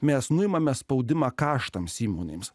mes nuimame spaudimą karštoms įmonėms